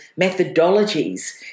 methodologies